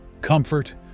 comfort